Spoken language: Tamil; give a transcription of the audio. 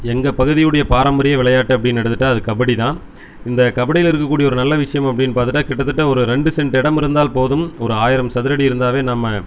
எங்கள் பகுதியுடைய பாரம்பரிய விளையாட்டு அப்படின்னு எடுத்துகிட்டால் அது கபடி தான் இந்த கபடியில் இருக்கக்கூடிய ஒரு நல்ல விஷயம் அப்படின்னு பார்த்துட்டா கிட்டதட்ட ஒரு ரெண்டு சென்ட் இடம் இருந்தால் போதும் ஒரு ஆயிரம் சதுரஅடி இருந்தாவே நம்ம